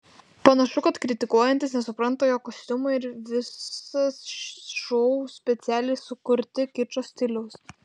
panašu kad kritikuojantys nesupranta jog kostiumai ir visas šou specialiai sukurti kičo stiliaus